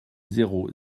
zéro